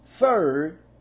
Third